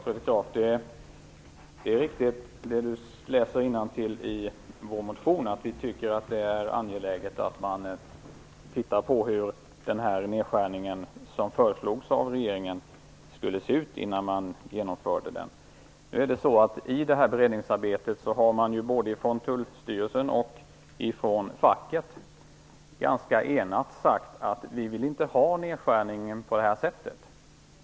Herr talman! Det är riktigt som Carl Fredrik Graf läser innantill i vår motion. Vi tycker att det är angeläget att man tittar på hur den nedskärning som föreslogs av regeringen ser ut innan man genomför den. I beredningsarbetet har man både från Tullstyrelsen och från facket ganska enat sagt att man inte vill ha nedskärningen på det sättet.